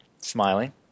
smiling